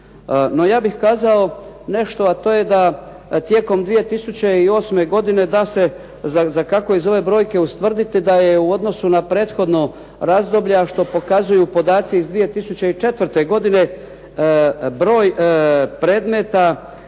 No, ja bih kazao nešto, a to je da je tijekom 2008. godine da se iz ove brojke ustvrdi da je u odnosu na prethodno razdoblje, a što pokazuju podaci iz 2004. godine broj predmeta